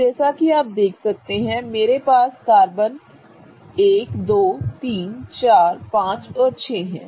अब जैसा कि आप देख सकते हैं कि मेरे पास ये कार्बन नंबर 1 2 3 4 5 और 6 हैं